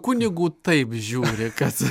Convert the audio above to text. kunigų taip žiūri kad